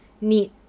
need